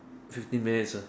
fifteen minutes ah